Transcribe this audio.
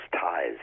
ties